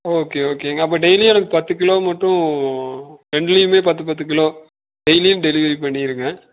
okay ஓகேங்க அப்போ டெய்லியும் எனக்கு பத்து கிலோ மட்டும் ரெண்டுலேயுமே பத்து பத்து கிலோ டெய்லியும் டெலிவரி பண்ணிடுங்க